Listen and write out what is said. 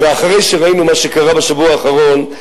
ואחרי שראינו מה שקרה בשבוע האחרון,